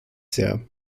sehr